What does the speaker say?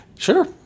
Sure